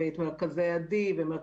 את מרכזי עד"י,